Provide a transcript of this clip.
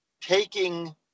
taking